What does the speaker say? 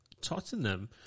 Tottenham